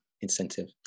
incentive